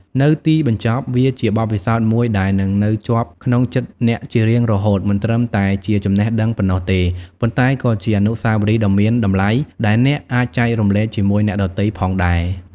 នៅទីបញ្ចប់ វាជាបទពិសោធន៍មួយដែលនឹងនៅជាប់ក្នុងចិត្តអ្នកជារៀងរហូត មិនត្រឹមតែជាចំណេះដឹងប៉ុណ្ណោះទេ ប៉ុន្តែក៏ជាអនុស្សាវរីយ៍ដ៏មានតម្លៃដែលអ្នកអាចចែករំលែកជាមួយអ្នកដទៃផងដែរ។